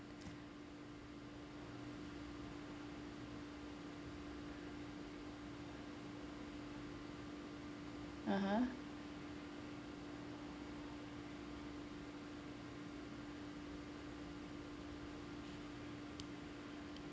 (uh huh)